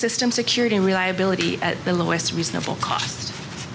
system security reliability at the lowest reasonable cost